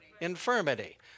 infirmity